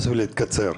ולתת להן את הסמכות.